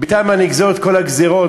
בינתיים אני אגזור את כל הגזירות,